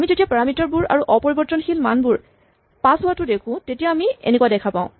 আমি যেতিয়া পাৰামিটাৰ বোৰ আৰু অপৰিবৰ্তশীল মানবোৰ পাছ হোৱাটো দেখো তেতিয়া আমি এনেকুৱা দেখা পাওঁ